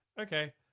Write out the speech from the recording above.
okay